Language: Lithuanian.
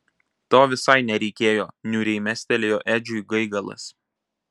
to visai nereikėjo niūriai mestelėjo edžiui gaigalas